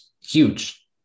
huge